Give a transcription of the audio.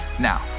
Now